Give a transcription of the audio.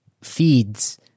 feeds